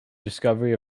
discovery